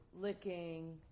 licking